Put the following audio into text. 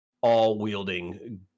all-wielding